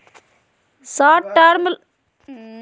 Short term loan के का मतलब हई?